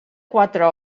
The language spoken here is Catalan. quatre